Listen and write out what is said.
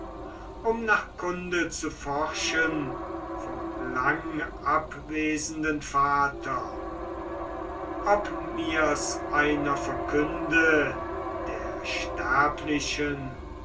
um nach kunde zu forschen vom langabwesenden vater ob mir's einer verkünde der sterblichen